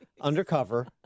Undercover